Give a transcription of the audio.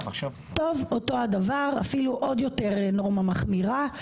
טוב, אותו הדבר, אפילו עוד יותר נורמה מחמירה.